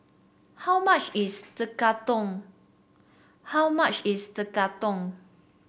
how much is Tekkadon how much is Tekkadon